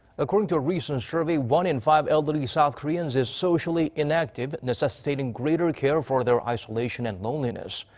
according to a recent survey, one in five elderly south koreans is socially inactive, necessitating greater care for their isolation and loneliness.